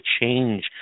change